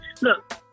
Look